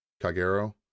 kagero